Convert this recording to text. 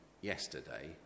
yesterday